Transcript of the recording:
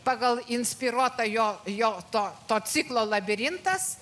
pagal inspiruotą jo jo to ciklo labirintas